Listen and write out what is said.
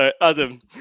Adam